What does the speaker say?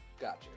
Gotcha